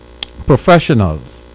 Professionals